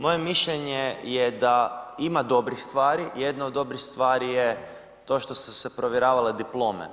Moje mišljenje je da ima dobrih stvari, jedna od dobrih stvari je to što su se provjeravale diplome.